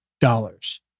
dollars